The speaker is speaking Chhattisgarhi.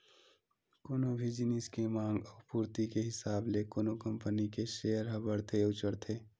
कोनो भी जिनिस के मांग अउ पूरति के हिसाब ले कोनो कंपनी के सेयर ह बड़थे अउ चढ़थे